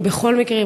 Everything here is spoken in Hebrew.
ובכל מקרה,